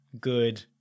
good